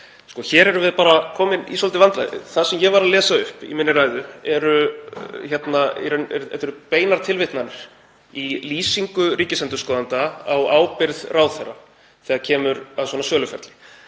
Hér erum við komin í svolítil vandræði. Það sem ég var að lesa upp í ræðu minni eru beinar tilvitnanir í lýsingu ríkisendurskoðanda á ábyrgð ráðherra þegar kemur að svona söluferli.